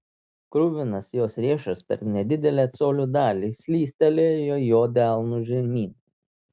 kruvinas jos riešas per nedidelę colio dalį slystelėjo jo delnu žemyn